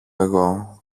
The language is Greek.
εγώ